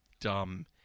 dumb